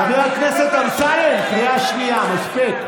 חבר הכנסת אמסלם, קריאה ראשונה.